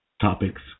topics